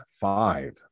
five